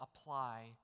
apply